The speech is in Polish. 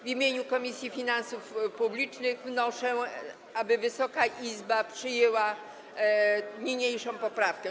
W imieniu Komisji Finansów Publicznych wnoszę, aby Wysoka Izba przyjęła niniejszą poprawkę.